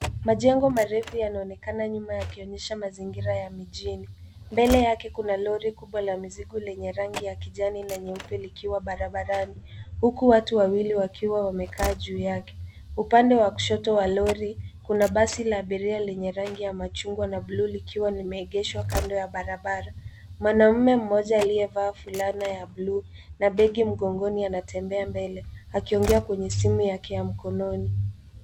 Majengo marefu yanaonekana nyuma yakionyesha mazingira ya mjini. Mbele yake kuna lori kubwa la mzigo lenye rangi ya kijani na nyeupe likiwa barabarani, huku watu wawili wakiwa wamekaa juu yake. Upande wa kushoto wa lori, kuna basi la abiria la rangi ya machungwa na bluu likiwa limeegeshwa kando ya barabara. Mwanaume mmoja aliyevaa fulana ya bluu na begi mgongoni anatembea mbele akiongea kwenye simu yake mkononi.